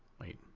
Wait